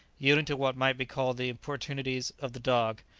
yielding to what might be called the importunities of the dog,